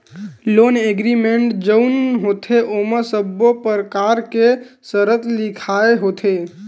loan agreement जउन होथे ओमा सब्बो परकार के सरत लिखाय होथे